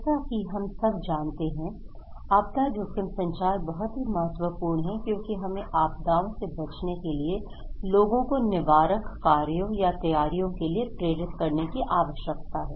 जैसा कि हम सब जानते हैं आपदा जोखिम संचार बहुत ही महत्वपूर्ण है क्योंकि हमें आपदाओं से बचने के लिए लोगों को निवारक कार्यों या तैयारियों के लिए प्रेरित करने की आवश्यकता है